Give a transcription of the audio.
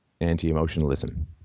anti-emotionalism